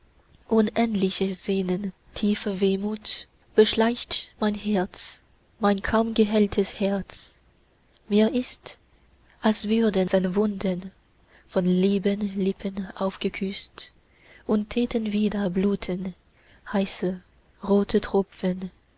unendliches sehnen tiefe wehmut beschleicht mein herz mein kaum geheiltes herz mir ist als würden seine wunden von lieben lippen aufgeküßt und täten wieder bluten heiße rote tropfen